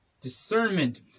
discernment